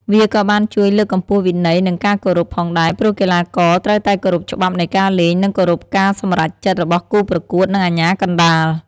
វាក៏បានជួយ លើកកម្ពស់វិន័យ និងការគោរព ផងដែរ ព្រោះកីឡាករត្រូវតែគោរពច្បាប់នៃការលេង និងគោរពការសម្រេចចិត្តរបស់គូប្រកួតនិងអាជ្ញាកណ្តាល។